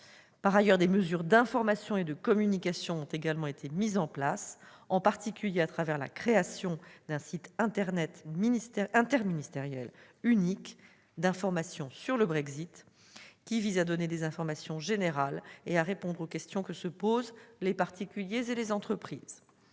dossier. Des mesures d'information et de communication ont également été prises, en particulier à travers la création d'un site internet interministériel unique d'information dédié au Brexit. Ce site vise à donner des informations générales et à répondre aux questions que se posent les particuliers et les entreprises.